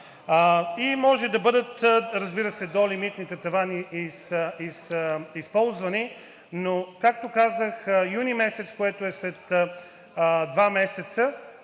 И може да бъдат, разбира се, до лимитните тавани, и са използвани, но както казах, месец юни, което е след два месеца,